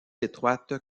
étroite